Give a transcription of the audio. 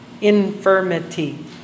Infirmity